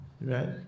right